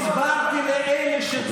הסברתי כבר,